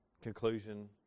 conclusion